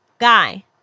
Guy